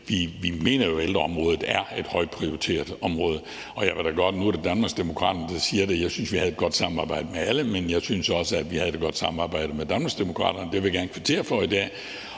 vi mener, at ældreområdet er et højt prioriteret område. Nu er det Danmarksdemokraterne, der siger det, og jeg synes, vi havde et godt samarbejde med alle, men jeg synes også, at vi havde et godt samarbejde med Danmarksdemokraterne, og det vil jeg gerne kvittere for i dag.